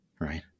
Right